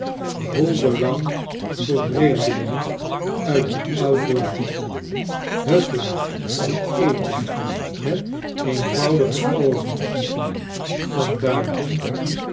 vol belang voor vreemdelingen uit een oud land hutten of keeten met eenvoudige schetsen uit amerika ovens van buiten